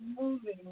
moving